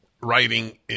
writing